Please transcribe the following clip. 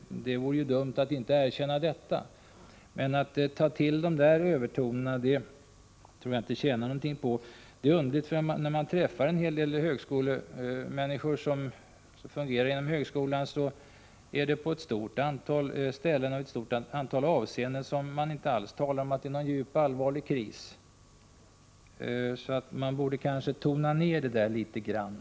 Det vore ju dumt att inte erkänna detta. Men att ta till sådana övertoner som här har gjorts tror jag inte tjänar något syfte. Det är underligt, att när man träffar människor som fungerar inom högskolan, så är det på många ställen och i ett stort antal avseenden som man inte alls talar om någon djup och allvarlig kris. Man borde kanske tona ned detta tal litet grand.